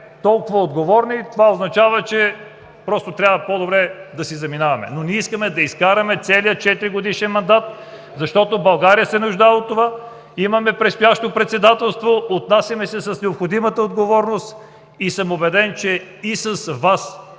това означава, че просто трябва да си заминаваме. Ние искаме да изкараме целия четиригодишен мандат, защото България се нуждае от това – имаме предстоящо председателство. Отнасяме се с необходимата отговорност и съм убеден, че с Вас